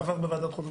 התשפ"ב 2021